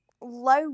low